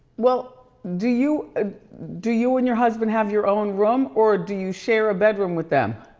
well, do you ah do you and your husband have your own room or do you share a bedroom with them?